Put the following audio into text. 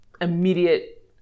immediate